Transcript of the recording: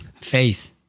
faith